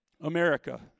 America